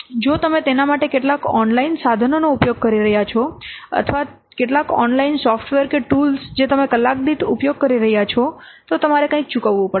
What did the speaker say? જો તમે તેના માટે કેટલાક ઓનલાઇન સાધનોનો ઉપયોગ કરી રહ્યાં છો અથવા કેટલાક ઓનલાઇન સોફ્ટવેર જે તમે કલાક દીઠ ઉપયોગ કરી રહ્યાં છો તો તમારે કંઈક ચૂકવવું પડશે